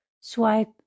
swipe